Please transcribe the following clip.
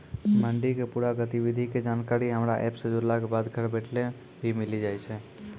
मंडी के पूरा गतिविधि के जानकारी हमरा एप सॅ जुड़ला बाद घर बैठले भी मिलि जाय छै